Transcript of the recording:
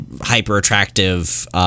hyper-attractive